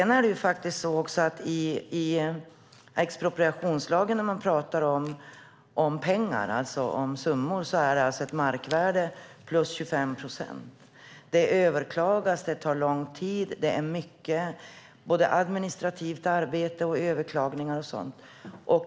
När man i expropriationslagen talar om pengar handlar det om ett markvärde plus 25 procent. Det överklagas, och det tar lång tid. Det är mycket både administrativt arbete och överklaganden och så vidare.